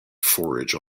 forage